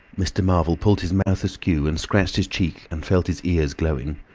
mr. marvel pulled his mouth askew and scratched his cheek and felt his ears glowing.